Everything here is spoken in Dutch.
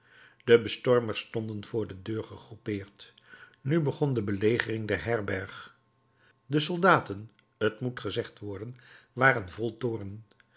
de bestormers stonden voor de deur gegroepeerd nu begon de belegering der herberg de soldaten t moet gezegd worden waren vol toorn